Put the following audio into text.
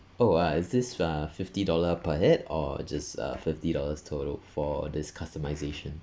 oh uh is this uh fifty dollar per head or just uh fifty dollars total for this customization